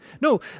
No